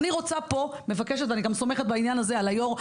אני רוצה פה מבקשת וגם סומכת בעניין הזה על היו"ר,